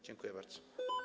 Dziękuję bardzo.